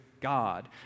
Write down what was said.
God